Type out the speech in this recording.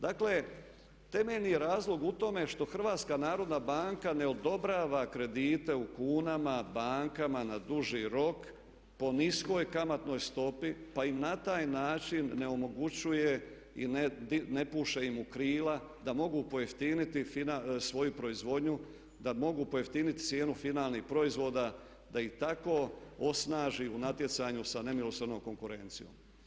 Dakle temeljni je razlog u tome što Hrvatska narodna banka ne odobrava kredite u kunama bankama na duži rok po niskoj kamatnoj stopi pa im na taj način ne omogućuje i ne puše im u krila da mogu pojeftiniti svoju proizvodnju, da mogu pojeftiniti cijenu finalnih proizvoda, da ih tako osnaži u natjecanju sa nemilosrdnom konkurencijom.